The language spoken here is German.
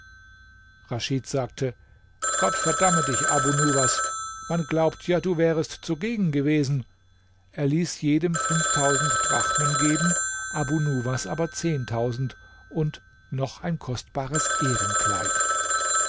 raschid sagte gott verdamme dich abu nuwas man glaubt ja du wärest zugegen gewesen er ließ jedem fünftausend drachmen geben abu nuwas aber zehntausend und noch ein kostbares